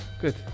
Good